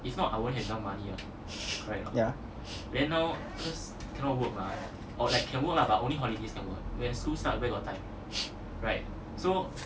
yeah